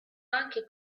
anche